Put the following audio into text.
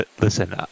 Listen